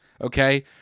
okay